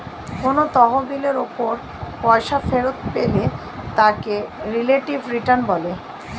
কোন তহবিলের উপর পয়সা ফেরত পেলে তাকে রিলেটিভ রিটার্ন বলে